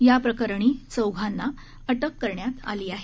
या प्रकरणी चौघांना अटक करण्यात आली आहे